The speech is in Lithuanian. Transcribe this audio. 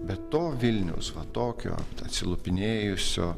be to vilniaus va tokio atsilupinėjusio